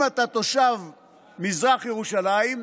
אם אתה תושב מזרח ירושלים,